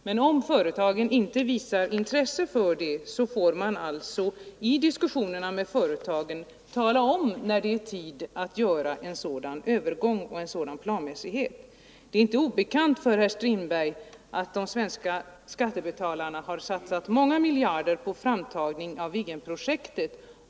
Men om företagen inte visar intresse för det, så får man i diskussionerna med företagen tala om när det är tid att göra en sådan övergång och använda de styrmedel samhället har. Det är inte obekant för herr Strindberg att de svenska skattebetalarna har satsat många miljarder på framtagning av Viggenprojektet.